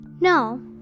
No